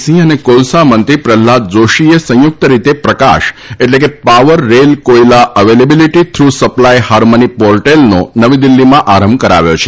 સિંહ અને કોલસા મંત્રી પ્રહલાદ જોષીએ સંયુક્ત રીતે પ્રકાશ એટલે કે power rail koyla availability through supply harmony પોર્ટેલનો નવી દિલ્હીમાં આરંભ કરાવ્યો છે